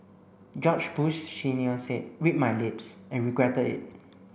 George Bush Senior said 'read my lips' and regretted it